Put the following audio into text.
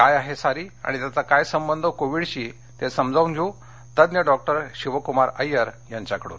काय आहे सारी आणि त्याचा काय संबंध कोविडशी ते समजावून घेऊ तज्ज्ञ डॉक्टर शिवकुमार अय्यर यांच्याकडून